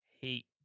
hate